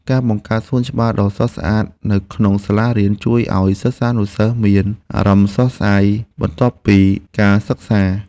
ការបង្កើតសួនច្បារដ៏ស្រស់ស្អាតនៅក្នុងសាលារៀនជួយឱ្យសិស្សានុសិស្សមានអារម្មណ៍ស្រស់ស្រាយបន្ទាប់ពីការសិក្សា។